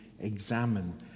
examine